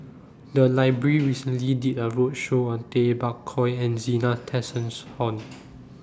The Library recently did A roadshow on Tay Bak Koi and Zena Tessensohn